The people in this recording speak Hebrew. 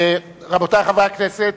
רבותי חברי הכנסת,